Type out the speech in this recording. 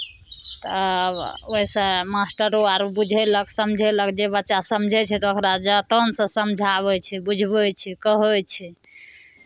तऽ ओइसँ मास्टरो आर बुझयलक समझयलक जे बच्चा समझै छै तऽ ओकरा जतनसँ समझाबै छै बुझबै छै कहै छै